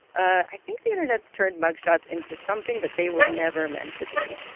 i think the internet's turned mug shots into something that they were never meant to be.